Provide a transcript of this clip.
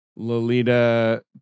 Lolita